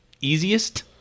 easiest